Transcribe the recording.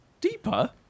Deeper